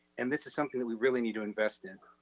and this is something that we really need to invest in.